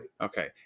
okay